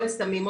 או לסמים,